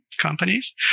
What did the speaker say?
companies